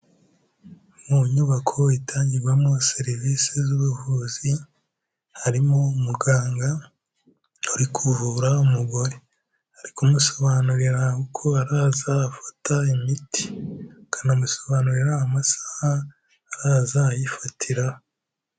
Mu nyubako itangirwamo serivisi z'ubuvuzi, harimo umuganga uri kuvura umugore, ari kumusobanurira uko araza gufata imiti, akanamusobanurira amasaha araza ayifatiraho.